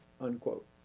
unquote